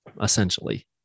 essentially